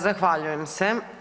Zahvaljujem se.